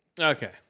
Okay